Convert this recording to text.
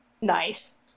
Nice